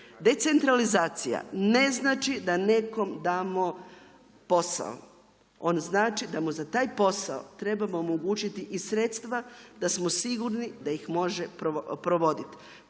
Decentralizacija ne znači da nekom damo posao. On znači da mu za taj posao trebamo omogućiti i sredstva da smo sigurni da ih može provodit.